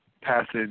passage